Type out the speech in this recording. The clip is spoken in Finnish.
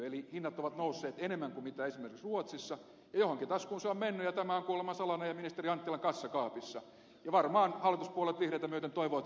eli hinnat ovat nousseet enemmän kuin esimerkiksi ruotsissa ja johonkin taskuun se on mennyt ja tämä tieto on kuulemma salainen ja ministeri anttilan kassakaapissa ja varmaan hallituspuolueet vihreitä myöten toivovat että se pysyykin siellä